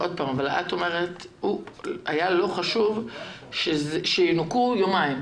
את אומרת שהיה לו חשוב שינוכו יומיים.